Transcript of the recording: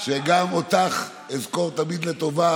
שגם אותך אזכור תמיד לטובה,